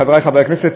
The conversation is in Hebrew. חברי חברי הכנסת,